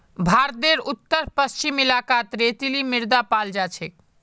भारतेर उत्तर पश्चिम इलाकात रेतीली मृदा पाल जा छेक